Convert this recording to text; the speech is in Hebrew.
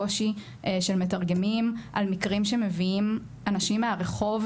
קושי של מתרגמים על מקרים שמביאים אנשים מהרחוב,